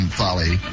folly